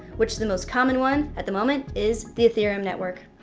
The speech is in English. which the most common one at the moment is the ethereum network.